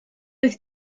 oedd